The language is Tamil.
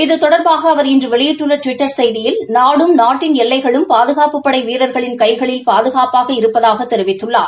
இது தொடர்பாக அவர் இன்ற வெளியிட்டுள்ள டுவிட்டர் செய்தியில் நாடும் நாட்டின் எல்லைகளும் பாதகாப்புப் படை வீரர்களின் கைகளில் பாதகாப்பாக இருப்பதாகத் தெரிவித்துள்ளார்